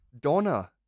Donna